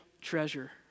treasure